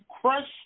crush